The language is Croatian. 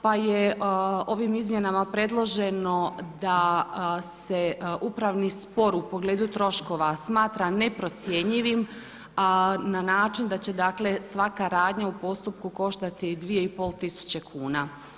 Pa je ovim izmjenama predloženo da se upravni spor u pogledu troškova smatra neprocjenjivim a na način da će dakle svaka radnja u postupku koštati 2,5 tisuće kuna.